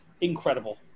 incredible